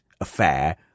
affair